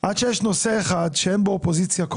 עד שיש נושא אחד שאין בו אופוזיציה/קואליציה,